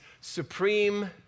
supreme